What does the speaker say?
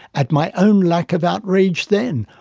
at my own lack of outrage then.